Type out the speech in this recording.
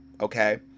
Okay